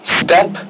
step